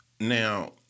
Now